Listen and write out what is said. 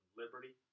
liberty